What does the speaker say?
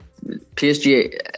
PSG